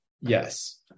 Yes